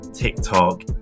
TikTok